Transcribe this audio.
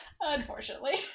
Unfortunately